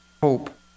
hope